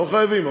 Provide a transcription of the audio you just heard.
לא חייבים,